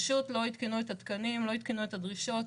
הוא לא עדכן את התקנים, לא עדכן את הדרישות,